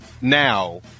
now